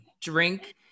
drink